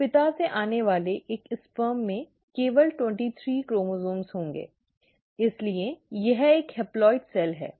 तो पिता से आने वाले एक शुक्राणु में केवल तेईस क्रोमोसोम्स होंगे इसलिए यह एक हेप्लॉइड सेल है